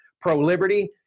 pro-liberty